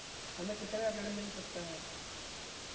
हमें कितना ऋण मिल सकता है?